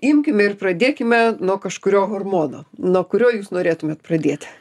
imkime ir pradėkime nuo kažkurio hormono nuo kurio jūs norėtumėt pradėti